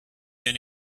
been